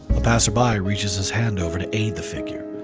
a passerby reaches his hand over to aid the figure,